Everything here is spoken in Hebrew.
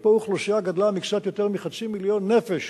שפה האוכלוסייה גדלה מקצת יותר מחצי מיליון נפש